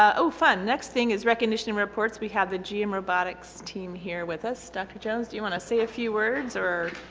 ah oh fun next thing is recognition reports we have the gm robotics team here with us. dr. jones do you want to say a few words or?